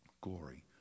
glory